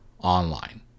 online